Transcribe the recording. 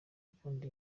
ukunda